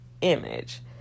image